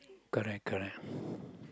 correct correct